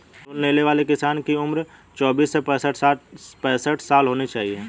loan लेने वाले किसान की उम्र चौबीस से पैंसठ साल होना चाहिए